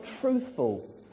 truthful